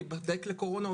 להיבדק לקורונה,